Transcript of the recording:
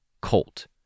Colt